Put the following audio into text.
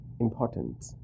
important